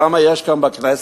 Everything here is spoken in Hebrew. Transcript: כמה חרדים יש כאן בכנסת?